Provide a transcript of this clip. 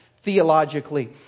theologically